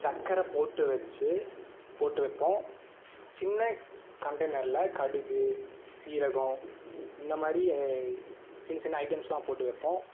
சர்க்கரை போட்டு வச்சு போட்டு வைப்போம் சின்ன கண்டெய்னரில் கடுகு சீரகம் இந்த மாதிரி சின்ன சின்ன ஐட்டம்ஸ்லாம் போட்டு வைப்போம்